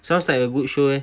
sounds like a good show leh